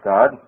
God